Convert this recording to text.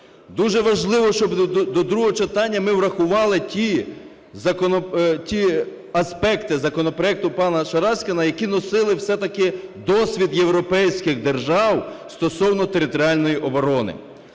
Дуже важливо, щоб до другого читання ми врахували ті аспекти законопроекту пана Шараськіна, які носили все-таки досвід європейських держав стосовно територіальної оборони.